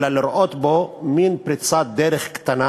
אלא לראות בו מין פריצת דרך קטנה